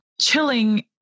chilling